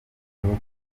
bihugu